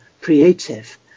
creative